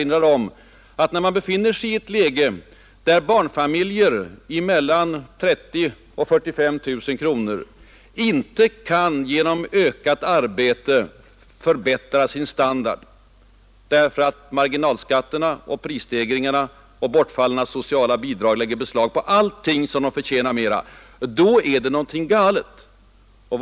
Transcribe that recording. När man befinner sig i ett läge där barnfamiljer med en inkomst mellan 30 000 och 45 000 kronor inte kan genom ökat arbete förbättra sin standard därför att marginalskatterna, prisstegringarna och bortfall av sociala bidrag lägger beslag på allt som de förtjänar mer, då är det någonting som är galet.